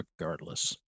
regardless